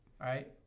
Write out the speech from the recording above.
right